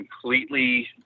completely